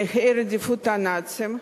נכי רדיפות הנאצים.